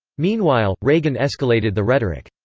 meanwhile, reagan escalated the rhetoric.